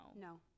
No